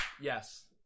yes